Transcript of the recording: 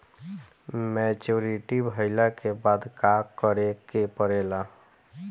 Maturity भईला के बाद का करे के पड़ेला?